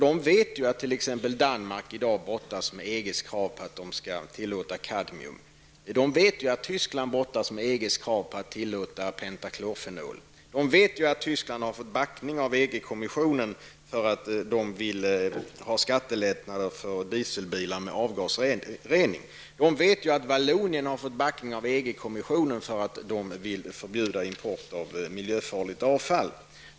De vet ju att t.ex. Danmark i dag brottas med EGs krav på att kadmium skall tillåtas. De vet att Tyskland brottas med EGs krav på att tillåta pentaklorfenol. De vet att Tyskland har fått backning av EG kommissionen på grund av att man vill ha skattelättnader för dieselbilar med avgasrening. De vet att Vallonien har fått backning av EG komissionen på grund av att man vill förbjuda import av miljöfarligt avfall.